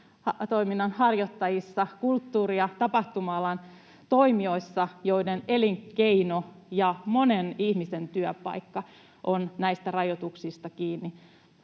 elinkeinotoiminnan harjoittajissa, kulttuuri- ja tapahtuma-alan toimijoissa, joiden elinkeino ja joista monen ihmisen työpaikka on näistä rajoituksista kiinni.